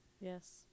Yes